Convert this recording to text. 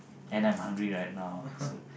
and I'm hungry right now so